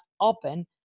open